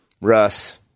Russ